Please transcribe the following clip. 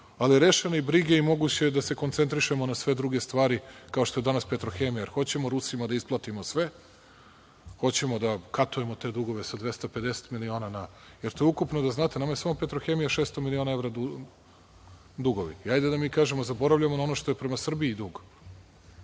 ali rešena i brige i moguće je da se koncentrišemo na sve druge stvari, kao što je danas „Petrohemija“, jer hoćemo Rusima da isplatimo sve, hoćemo da katujemo te dugove sa 250 miliona. Jer, to je ukupno, da znate, nama je samo „Petrohemija“ 600 miliona dugove. Hajde da mi kažemo – zaboravljamo na ono što je prema Srbiji dug,